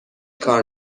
کار